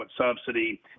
subsidy